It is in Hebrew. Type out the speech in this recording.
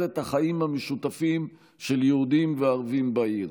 את החיים המשותפים של יהודים וערבים בעיר.